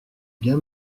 bien